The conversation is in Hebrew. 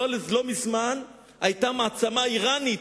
לא מזמן היתה מעצמה אירנית,